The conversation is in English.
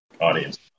audience